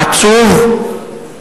עצוב.